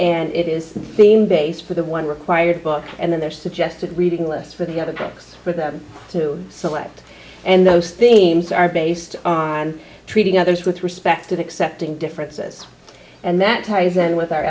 and it is the same base for the one required but and then they're suggested reading lists for the other picks for them to select and those themes are based on treating others with respect to accepting differences and that ties in with our